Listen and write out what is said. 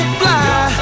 fly